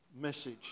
message